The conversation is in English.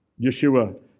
Yeshua